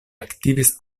aktivis